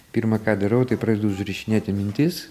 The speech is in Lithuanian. pirma ką darau tai pradedu užrašinėti mintis